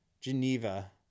Geneva